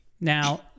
Now